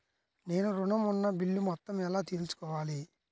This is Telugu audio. నేను ఋణం ఉన్న బిల్లు మొత్తం ఎలా తెలుసుకోవాలి?